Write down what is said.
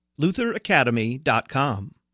lutheracademy.com